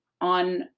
on